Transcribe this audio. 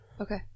Okay